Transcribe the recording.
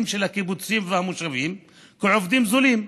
של הקיבוצים ושל המושבים כעובדים זולים,